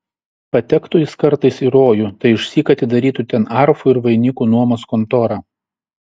patektų jis kartais į rojų tai išsyk atidarytų ten arfų ir vainikų nuomos kontorą